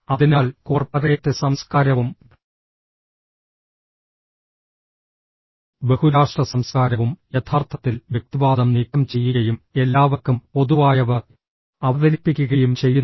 അതിനാൽ കോർപ്പറേറ്റ് സംസ്കാരവും ബഹുരാഷ്ട്ര സംസ്കാരവും യഥാർത്ഥത്തിൽ വ്യക്തിവാദം നീക്കം ചെയ്യുകയും എല്ലാവർക്കും പൊതുവായവ അവതരിപ്പിക്കുകയും ചെയ്യുന്നു